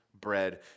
bread